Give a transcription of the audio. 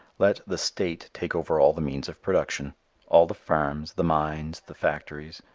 let the state take over all the means of production all the farms, the mines, the factories,